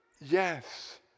yes